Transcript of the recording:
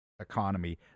economy